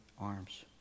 arms